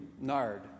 Nard